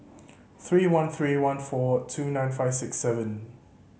three one three one four two nine five six seven